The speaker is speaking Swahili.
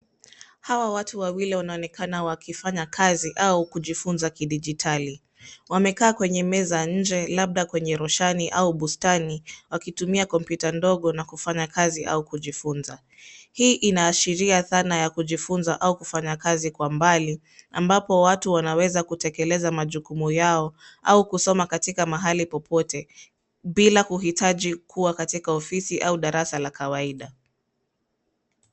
Hawa watu wawili wanaonekana wakifanya kazi au kujifunza kidijitali. Wamekaa kwenye meza nje, labda kwenye roshani au bustani, wakitumia kompyuta ndogo na kufanya kazi au kujifunza. Hii inaashiria dhana ya kujifunza au kufanya kazi kwa mbali, ambapo watu wanaweza kutekeleza majukumu yao au kusoma katika mahali popote, bila kuhitaji kuwa katika ofisi au darasa la kawaida.